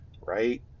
right